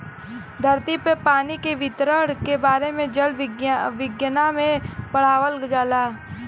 धरती पे पानी के वितरण के बारे में जल विज्ञना में पढ़ावल जाला